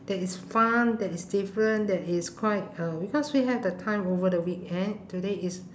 that is fun that is different that is quite uh because we have the time over the weekend today is